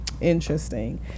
Interesting